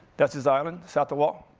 that's his island, satawal.